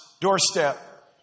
doorstep